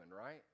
right